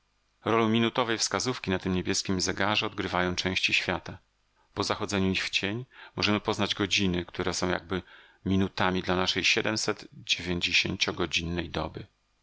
rolę minutowej wskazówki na tym niebieskim zegarze odgrywają części świata po zachodzeniu ich w cień możemy poznać godziny które są jakby minutami dla naszej siedemset dziewięciogodzinnej doby